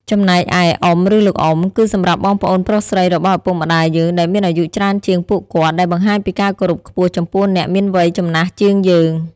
ចំណែកឯ អ៊ំ ឬលោកអ៊ំ គឺសម្រាប់បងប្អូនប្រុសស្រីរបស់ឪពុកម្ដាយយើងដែលមានអាយុច្រើនជាងពួកគាត់ ដែលបង្ហាញពីការគោរពខ្ពស់ចំពោះអ្នកមានវ័យចំណាស់ជាងយើង។